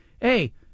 hey